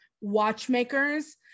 watchmakers